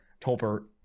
Tolbert